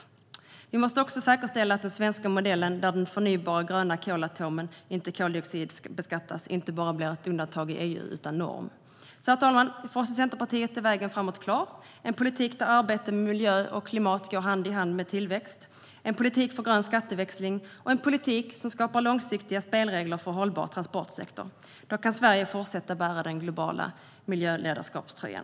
Vi måste också säkerställa att den svenska modellen, där den förnybara gröna kolatomen inte koldioxidbeskattas, inte blir ett undantag i EU utan norm. Herr talman! För oss i Centerpartiet är vägen framåt klar: en politik där arbete med miljö och klimat går hand i hand med tillväxt, en politik för grön skatteväxling och en politik som skapar långsiktiga spelregler för en hållbar transportsektor. Då kan Sverige fortsätta bära den globala miljöledarskapströjan.